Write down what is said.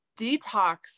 detox